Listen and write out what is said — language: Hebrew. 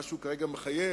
שמה שכרגע הוא מחייב